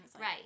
Right